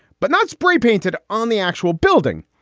but not spray painted on the actual building.